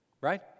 Right